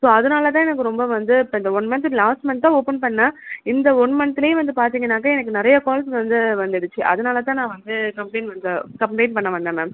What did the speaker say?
so அதனால் தான் எனக்கு ரொம்ப வந்து இப்போ இந்த ஒன் மந்த்க்கு லாஸ்ட் மந்த்தான் ஓப்பன் பண்ணிணேன் இந்த ஒன் மந்தில் வந்து பார்த்திங்கன்னாக்க எனக்கு நிறையா கால்ஸ் வந்து வந்துடுச்சு அதனால தான் நான் வந்து கம்ப்ளைன் பண்ணுற கம்ப்ளைன் பண்ண வந்தேன் மேம்